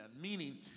Meaning